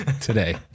today